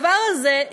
הדבר הזה,